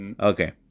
Okay